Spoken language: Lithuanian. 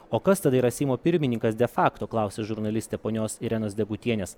o kas tada yra seimo pirmininkas defakto klausia žurnalistė ponios irenos degutienės